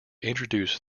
introduce